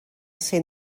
ser